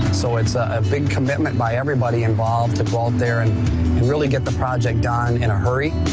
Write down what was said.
so it's a big commitment by everybody involved involved there and really get the project done in a hurry.